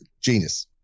Genius